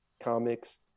comics